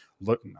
Look